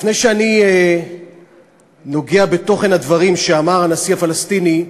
לפני שאני נוגע בתוכן הדברים שאמר הנשיא הפלסטיני,